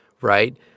right